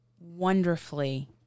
wonderfully